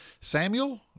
Samuel